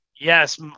yes